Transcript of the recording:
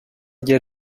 geri